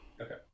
Okay